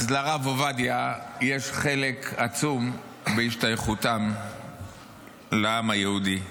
אז לרב עובדיה יש חלק עצום בהשתייכותם לעם היהודי.